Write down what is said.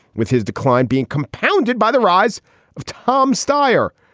with his decline being compounded by the rise of tom stier.